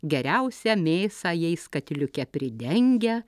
geriausią mėsą jais katiliuke pridengia